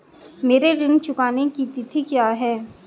मेरे ऋण चुकाने की तिथि क्या है?